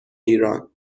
ایران